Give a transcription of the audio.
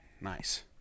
nice